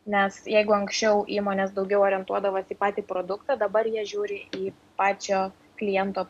nes jeigu anksčiau įmonės daugiau orientuodavosi į patį produktą dabar jie žiūri į pačio kliento